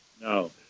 no